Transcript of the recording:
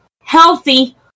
healthy